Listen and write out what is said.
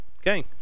Okay